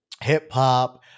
hip-hop